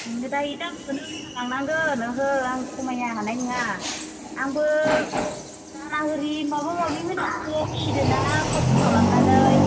नोङो दा ए दामखौनो होना लांनांगोन ओहो आं खमायनो हानाय नङा आंबो दाना एरि माबा माबि होनासो फिदोंना खस्थ' खालामनानै